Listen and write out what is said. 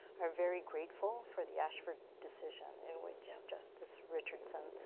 are very grateful for the ashford decision in which justice richardson,